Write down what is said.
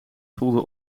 voelde